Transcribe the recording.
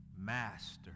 Master